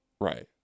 Right